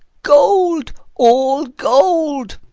gold! all gold!